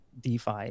DeFi